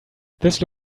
this